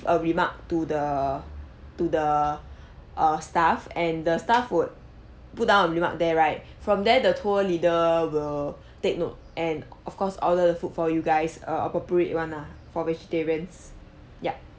a remark to the to the our staff and the staff would put down a remark there right from there the tour leader will take note and of course order the food for you guys err appropriate one ah for vegetarians yup